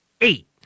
Eight